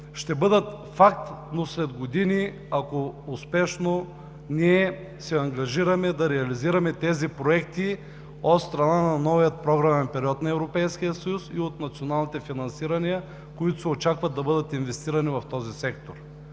ще бъдат факт, но след години, ако успешно се ангажираме да реализираме тези проекти от страна на новия програмен период на Европейския съюз и от националните финансирания, които се очаква да бъдат инвестирани в този сектор.